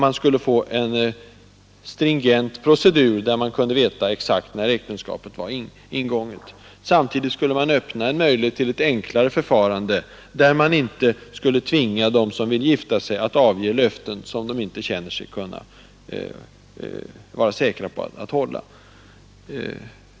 Man skulle också få en stringent procedur, så att man t.ex. kunde veta exakt när äktenskapet ingåtts. Samtidigt skulle man öppna en möjlighet till ett enklare förfarande, där man inte skulle tvinga dem som vill gifta sig att avge löften, som de inte känner sig säkra på att kunna hålla.